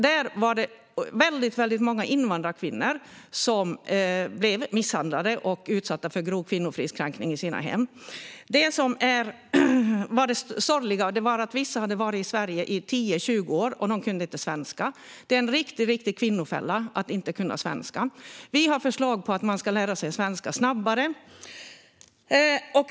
Där var det väldigt många invandrarkvinnor som blev misshandlade och utsatta för grov kvinnofridskränkning i sina hem. Det sorgliga var att vissa hade varit i Sverige i 10-20 år, men de kunde inte svenska. Det är en riktig kvinnofälla att inte kunna svenska. Vi har förslag om att man ska lära sig svenska snabbare.